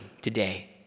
today